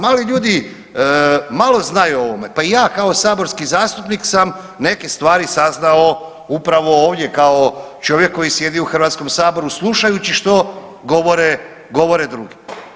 Mali ljudi malo znaju o ovome, pa i ja kao saborski zastupnik sam neke stvari saznao upravo ovdje kao čovjek koji sjedi u Hrvatskom saboru slušajući što govore, govore drugi.